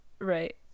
Right